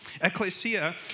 Ecclesia